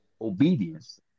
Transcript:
obedience